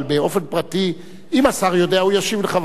אבל באופן פרטי, אם השר יודע, הוא ישיב לך.